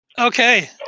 Okay